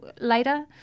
later